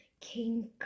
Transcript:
King